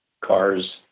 cars